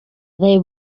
they